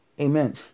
amen